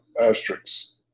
Asterisks